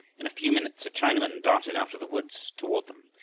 in a few minutes a chinaman darted out of the woods toward them.